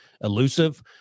elusive